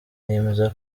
yemeza